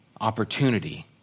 opportunity